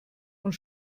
und